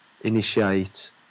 initiate